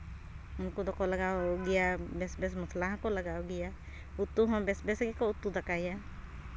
ᱩᱱᱠᱩ ᱫᱚᱠᱚ ᱞᱟᱜᱟᱣ ᱜᱮᱭᱟ ᱵᱮᱥ ᱵᱮᱥ ᱢᱚᱥᱞᱟ ᱦᱚᱸᱠᱚ ᱞᱟᱜᱟᱣ ᱜᱮᱭᱟ ᱩᱛᱩ ᱦᱚᱸ ᱵᱮᱥ ᱵᱮᱥ ᱜᱮᱠᱚ ᱩᱛᱩ ᱫᱟᱠᱟᱭᱟ